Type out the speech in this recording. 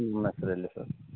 ಇಲ್ಲ ಸರ್ ಇಲ್ಲ ಸರ್